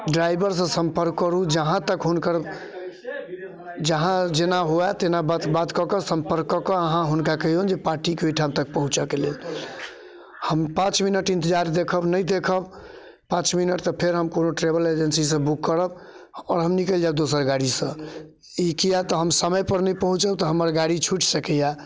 ड्राइवरसँ सम्पर्क करू जहाँ तक हुनकर जहाँ जेना हुए तेना बात कऽ कऽ सम्पर्क कऽ कऽ अहाँ हुनका कहियौन जे पार्टिके ओइठाम तक पहुँचक लेल हम पाँच मिनट इन्तजार देखब नहि देखब पाँच मिनट तऽ फेर हम कोनो ट्रेवल एजेंसीसँ बुक करब आओर हम निकलि जायब दोसर गाड़ीसँ ई किएक तऽ हम समयपर नहि पहुँचब तऽ हमर गाड़ी छुटि सकैय